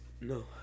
No